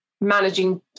managing